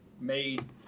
made